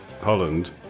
Holland